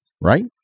right